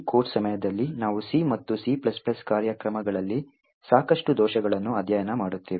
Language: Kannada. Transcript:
ಈ ಕೋರ್ಸ್ ಸಮಯದಲ್ಲಿ ನಾವು C ಮತ್ತು C ಕಾರ್ಯಕ್ರಮಗಳಲ್ಲಿ ಸಾಕಷ್ಟು ದೋಷಗಳನ್ನು ಅಧ್ಯಯನ ಮಾಡುತ್ತೇವೆ